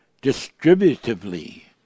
distributively